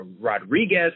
Rodriguez